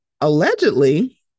allegedly